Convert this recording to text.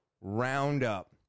roundup